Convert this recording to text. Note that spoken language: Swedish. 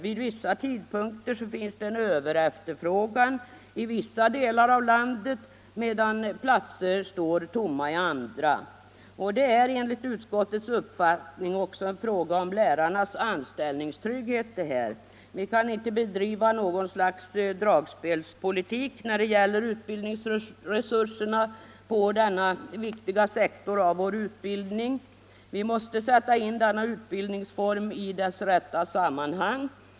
Vid vissa tidpunkter finns det en överefterfrågan i vissa delar av landet, medan platser samtidigt står tomma i andra delar av landet. Vidare är detta enligt utskottets uppfattning också en fråga om lärarnas anställningstrygghet. Vi kan inte bedriva något slags dragspelspolitik när det gäller utbildningsresurserna på denna viktiga sektor av vår utbildning. Vi måste sätta in denna utbildningsform i dess rätta sammanhang.